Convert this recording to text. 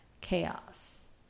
chaos